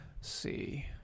see